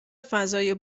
فضای